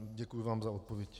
Děkuji vám za odpověď.